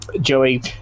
Joey